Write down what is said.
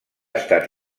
estat